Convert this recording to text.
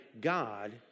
God